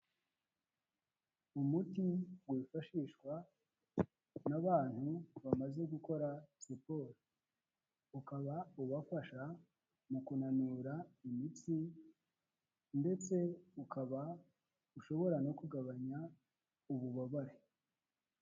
Umuti wifashishwa n'abantu bamaze gukora siporo, ukaba ubafasha mu kunanura imitsi ndetse ukaba ushobora no kugabanya ububabare.